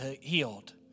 healed